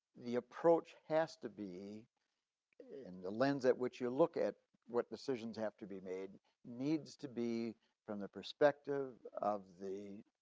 the approach has to be in the lens at which you look at what decisions have to be made needs to be from the perspective of the